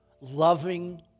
loving